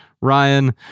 Ryan